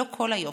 לא כל היופי,